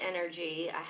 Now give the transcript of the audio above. energy